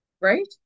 Right